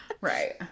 right